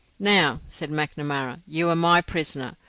now, said macnamara, you are my prisoner.